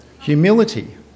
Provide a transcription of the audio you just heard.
Humility